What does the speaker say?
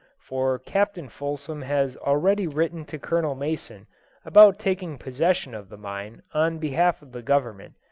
for captain fulsom has already written to colonel mason about taking possession of the mine on behalf of the government,